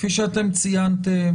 כפי שאתם ציינתם,